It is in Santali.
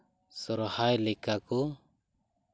ᱥᱚᱨᱦᱟᱭ ᱞᱮᱠᱟ ᱠᱚ